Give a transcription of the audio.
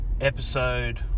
episode